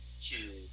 two